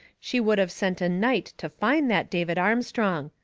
she would of sent a night to find that david armstrong.